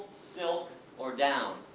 silk or down.